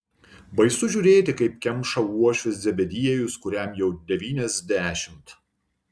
baisu žiūrėti kaip kemša uošvis zebediejus kuriam jau devyniasdešimt